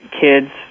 kid's